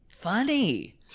funny